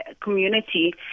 community